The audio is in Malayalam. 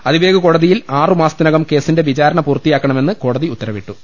അതിവേഗ കോടതിയിൽ ആറു മാസത്തിനകം കേസിന്റെ വിചാരണ പൂർത്തിയാക്കണ മെന്ന് കോടതി ഉത്തരവിട്ടു